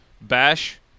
Bash